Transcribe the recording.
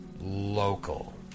local